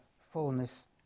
fullness